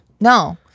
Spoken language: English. No